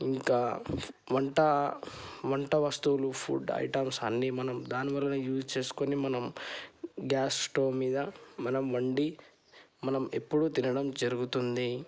ఇంకా వంట వంటవస్తువులు ఫుడ్ ఐటెమ్స్ అన్నీ మనం దాని వలన యూజ్ చేసుకొని మనం గ్యాస్ స్టవ్ మీద మనం వండి మనం ఎప్పుడు తినడం జరుగుతుంది